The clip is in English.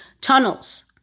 tunnels